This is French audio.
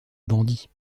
bandit